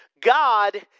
God